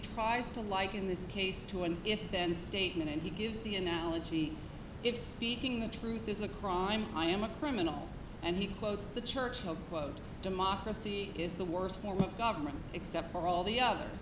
tries to like in this case to an if then statement and he gives the analogy if speaking the truth is a crime i am a criminal and he quotes the churchill quote democracy is the worst form of government except for all the others